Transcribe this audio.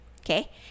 Okay